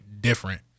different